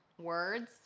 words